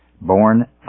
born